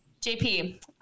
JP